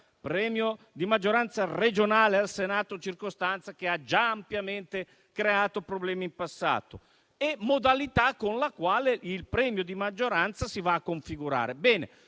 alla Camera e regionale al Senato), circostanza che ha già ampiamente creato problemi in passato, e modalità con la quale il premio di maggioranza si va a configurare.